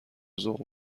ذوق